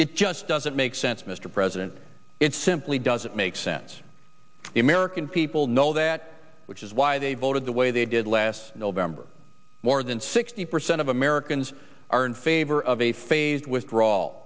it just doesn't make sense mr president it simply doesn't make sense the american people know that which is why they voted the way they did last november more than sixty percent of americans are in favor of a phased withdraw